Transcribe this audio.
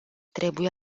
trebuie